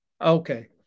Okay